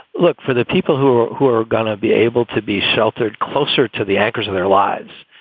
look for the people who who are going to be able to be sheltered closer to. the anchors of their lives.